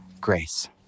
grace